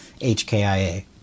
HKIA